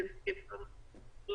ונרחיב על כך